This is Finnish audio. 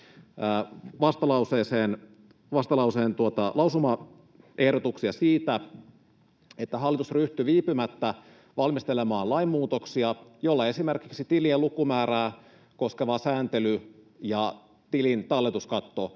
vastalauseen lausumaehdotuksia siitä, että hallitus ryhtyy viipymättä valmistelemaan lainmuutoksia, joilla esimerkiksi tilien lukumäärää koskeva sääntely ja tilin talletuskatto